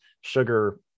sugar